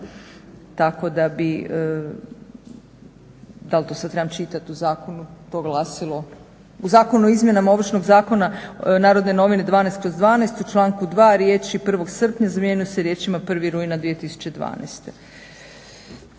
Tako da bi, dal' to sad trebam čitati u zakonu to glasilo? U Zakonu o izmjenama Ovršnog zakona NN 12/12. u članku 2. riječi 1. srpnja zamjenjuju se riječima 1. rujna 2012.